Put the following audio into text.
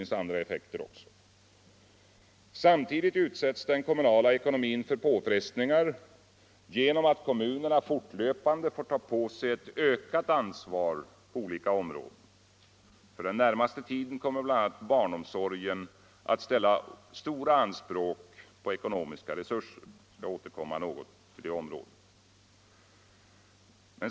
Samtidigt utsätts den kommunala ekonomin för påfrestningar genom att kommunerna fortlöpande får ta på sig ett ökat ansvar på olika områden. För den närmaste tiden kommer bl.a. barnomsorgen att ställa stora anspråk på ekonomiska resurser.